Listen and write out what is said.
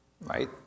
right